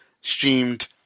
streamed